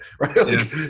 right